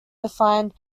define